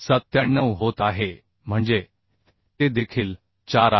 97 होत आहे म्हणजे ते देखील 4 आहे